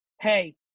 hey